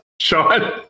Sean